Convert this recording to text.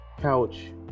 couch